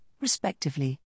respectively